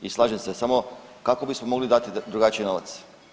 I slažem se, samo kako bismo mogli dati drugačije novac?